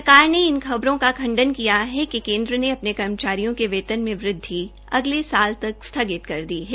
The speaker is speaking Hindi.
सरकार ने इस खबरों का खंडन किया है कि केन्द्र ने अपने कर्मचारियों के वेतन में वृदवि अगले साल तक स्थगित कर दी है